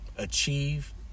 Achieve